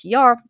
PR